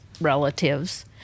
relatives